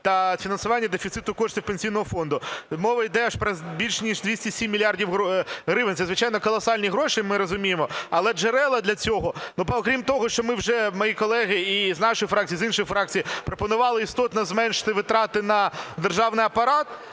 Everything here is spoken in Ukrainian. та фінансування дефіциту коштів Пенсійного фонду. Мова йде про більше ніж 207 мільярдів гривень. Це, звичайно, колосальні гроші, ми розуміємо, але джерела для цього, окрім того, що ми вже, мої колеги і з нашої фракції, і з іншої фракції, пропонували істотно зменшити витрати на державний апарат